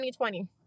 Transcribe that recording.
2020